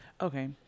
Okay